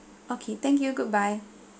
okay thank you goodbye